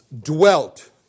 dwelt